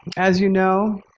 as you know,